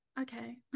Okay